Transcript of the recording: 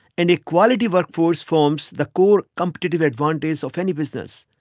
and a quality work force forms the core competitive advantage of any business.